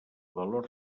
valor